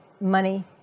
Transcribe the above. money